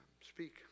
Speak